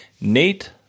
Nate